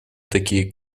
такие